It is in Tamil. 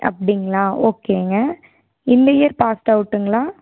அப்படிங்களா ஓகேங்க இந்த இயர் பாஸ்ட் அவுட்டுங்களா